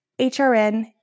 HRN